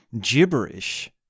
Gibberish